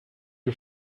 you